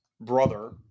brother